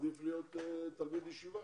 עדיף להיות תלמיד ישיבה,